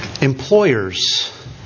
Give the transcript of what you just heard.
employers